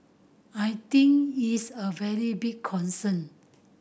I think it's a very big concern